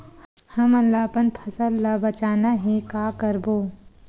हमन ला अपन फसल ला बचाना हे का करबो?